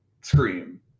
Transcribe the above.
Scream